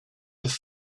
have